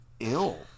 ill